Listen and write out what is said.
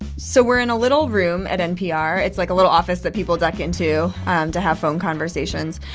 so we're in a little room at npr. it's like a little office that people duck into um to have phone conversations.